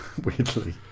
Weirdly